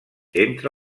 entre